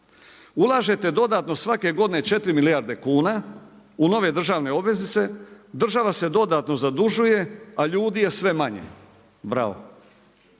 Ulažete dodatno svake godine 4 milijarde kuna u nove državne obveznice, država se dodatno zadužuje, a ljudi je sve manje. Bravo!